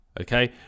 okay